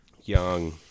young